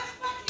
מה אכפת לי?